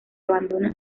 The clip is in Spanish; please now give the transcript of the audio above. abandona